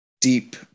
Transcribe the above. deep